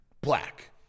black